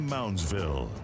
Moundsville